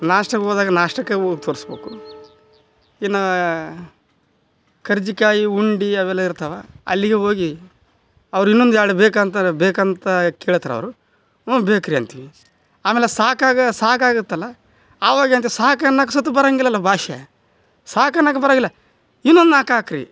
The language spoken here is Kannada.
ನಾಷ್ಟಕ್ಕೆ ಹೋದಾಗ ನಾಷ್ಟಕ್ಕೆ ಹೋಗಿ ತೋರ್ಸ್ಬೇಕು ಇನ್ನು ಕರ್ಜಿಕಾಯಿ ಉಂಡಿ ಅವೆಲ್ಲ ಇರ್ತಾವೆ ಅಲ್ಲಿಗೆ ಹೋಗಿ ಅವ್ರು ಇನ್ನೊಂದು ಎರಡು ಬೇಕಾ ಅಂತಾರ ಬೇಕಂತ ಕೇಳ್ತಾರೆ ಅವರು ಹ್ಞೂ ಬೇಕು ರೀ ಅಂತೀವಿ ಆಮೇಲೆ ಸಾಕಾಗಿ ಸಾಕು ಆಗುತ್ತಲ್ಲ ಅವಾಗ ಎಂತ ಸಾಕು ಅನ್ನಕ್ಕೆ ಸುತ ಬರೋಂಗಿಲ್ಲಲ್ಲ ಭಾಷೆ ಸಾಕು ಅನ್ನಾಕೆ ಬರೋಗಿಲ್ಲ ಇನ್ನೊಂದು ನಾಲ್ಕು ಹಾಕ್ರಿ